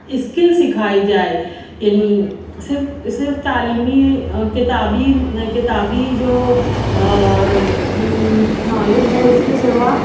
skill سکھائی جائے یعنی صرف صرف تعلیمی کتابی کتابی جو نالیج ہے اس کے سوا